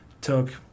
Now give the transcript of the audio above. took